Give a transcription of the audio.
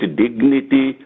dignity